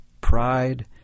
pride